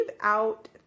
out